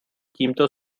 tímto